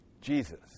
Jesus